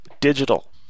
digital